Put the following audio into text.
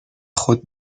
خود